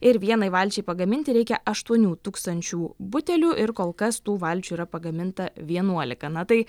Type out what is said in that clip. ir vienai valčiai pagaminti reikia aštuonių tūkstančių butelių ir kol kas tų valčių yra pagaminta vienuolika na tai